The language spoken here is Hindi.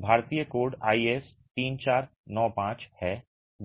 भारतीय कोड IS 3495 है